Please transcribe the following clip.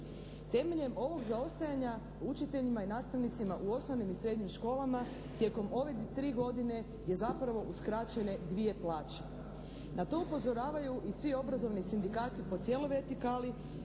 Temeljem ovog zaostajanja učiteljima i nastavnicima u osnovnim i srednjim školama tijekom ove tri godine su zapravo uskraćene dvije plaće. Na to upozoravaju i svi obrazovni sindikati po cijeloj vertikali